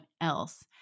else